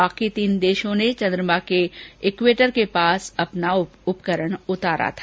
बाकि तीन देशों ने चन्द्रमा के इक्वेटर के पास अपना उपकरण उतारा था